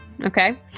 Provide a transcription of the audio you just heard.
Okay